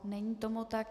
Není tomu tak.